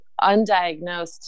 undiagnosed